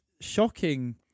shocking